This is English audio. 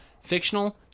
fictional